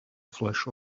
flash